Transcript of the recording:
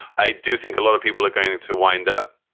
i do think a lot of people are going to wind up.